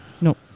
No